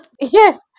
yes